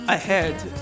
Ahead